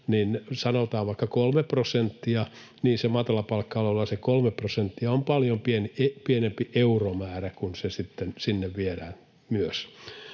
sanotaan vaikka, kolme prosenttia on matalapalkka-aloilla paljon pienempi euromäärä, kun se sitten sinne viedään myös.